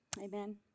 Amen